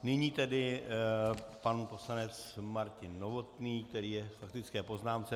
Nyní tedy pan poslanec Martin Novotný, který je k faktické poznámce.